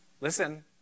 listen